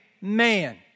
man